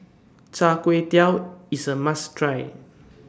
Char Kway Teow IS A must Try